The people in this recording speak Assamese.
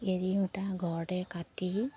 এৰী সূতা ঘৰতে কাটি